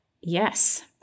Yes